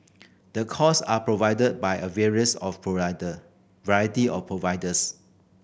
the course are provided by a various of provider variety of providers